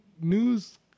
news